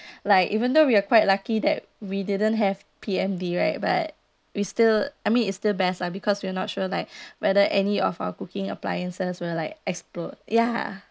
like even though we are quite lucky that we didn't have P_M_D right but we still I mean it's the best lah because we are not sure like whether any of our cooking appliances will like explode ya